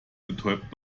betäubt